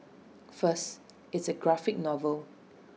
first it's A graphic novel